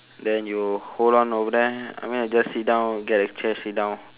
then you hold on over there I mean like just sit down get a chair sit down